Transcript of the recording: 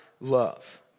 love